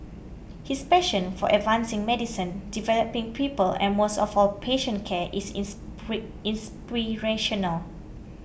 his passion for advancing medicine developing people and most of all patient care is inspirational